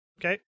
Okay